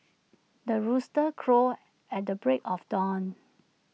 the rooster crows at the break of dawn